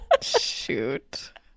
Shoot